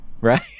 right